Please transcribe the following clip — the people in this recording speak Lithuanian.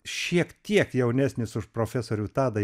šiek tiek jaunesnis už profesorių tadą